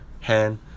Hand